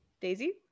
daisy